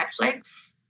Netflix